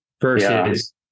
versus